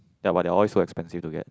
ya but they are all is so expensive to get